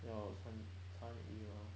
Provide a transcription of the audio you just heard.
要参参与 mah